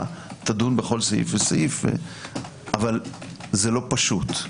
תדון בכל סעיף וסעיף אמנם זה לא פשוט.